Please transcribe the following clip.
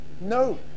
No